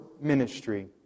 ministry